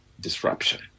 disruption